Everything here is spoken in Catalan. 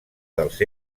dels